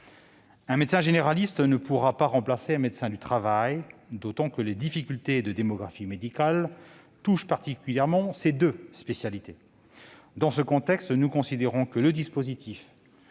Un médecin généraliste ne pourra pas remplacer un médecin du travail, d'autant que les difficultés de démographie médicale touchent particulièrement ces deux spécialités. Dans ce contexte, nous considérons que le dispositif